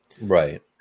Right